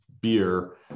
beer